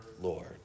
Lord